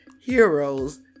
heroes